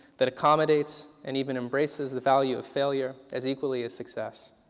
that accommodates and even embraces the value of failure as equally as success.